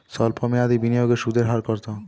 সল্প মেয়াদি বিনিয়োগে সুদের হার কত?